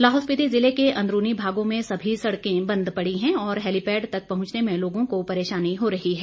लाहौल स्पीति जिले के अंदरूनी भागों में सभी सड़कें बंद पड़ी है और हैलीपैड तक पहुंचने में लोगों को परेशानी हो रही है